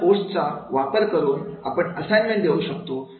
अशा पोस्ट चा वापर करून आपण असाइनमेंट देऊ शकतो